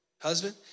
Husband